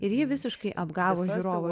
ir ji visiškai apgavo žiūrovą